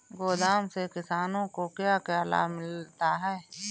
गोदाम से किसानों को क्या क्या लाभ मिलता है?